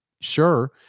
Sure